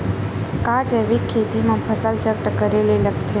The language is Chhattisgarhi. का जैविक खेती म फसल चक्र करे ल लगथे?